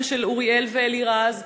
אימא של אוריאל ואלירז,